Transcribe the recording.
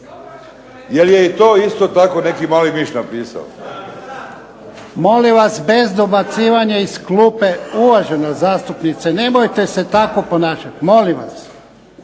Jel je to isto neki mali miš napisao? **Jarnjak, Ivan (HDZ)** Molim vas bez dobacivanja iz klupe. Uvažena zastupnice nemojte se tako ponašati molim vas.